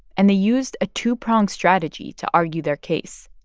and they used a two-pronged strategy to argue their case.